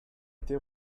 été